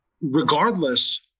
regardless